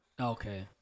Okay